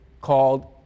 called